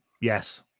yes